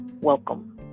Welcome